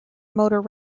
motor